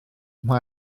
mae